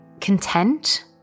content